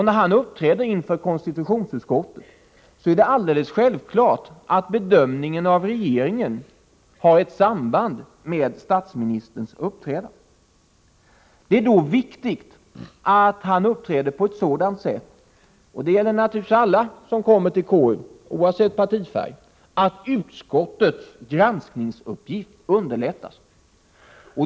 När han uppträder inför konstitutionsutskottet är det självklart att bedömningen av regeringen har ett samband med statsministerns uppträdande. Då är det viktigt att han uppträder på ett sådant sätt — det gäller naturligtvis alla som kommer till konstitutionsutskottet oavsett partifärg — att utskottets granskningsuppgift underlättas.